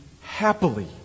happily